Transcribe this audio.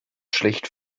schlecht